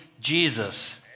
Jesus